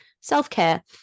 self-care